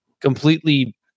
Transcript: completely